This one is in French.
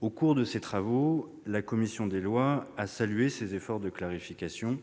Au cours de ses travaux, la commission des lois a salué ces efforts de clarification.